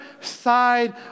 side